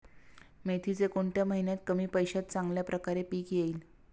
मेथीचे कोणत्या महिन्यात कमी पैशात चांगल्या प्रकारे पीक येईल?